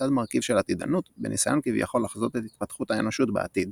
לצד מרכיב של עתידנות בניסיון כביכול לחזות את התפתחות האנושות בעתיד.